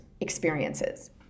experiences